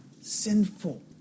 sinful